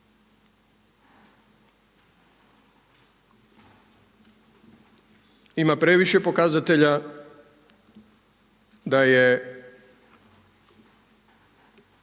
Ima previše pokazatelja da je,